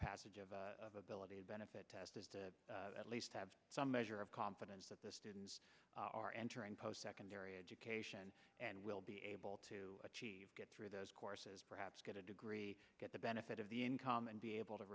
passage of ability to benefit test is to at least have some measure of confidence that the students are entering post secondary education and will be able to achieve get through those courses perhaps get a degree get the benefit of the income and be able to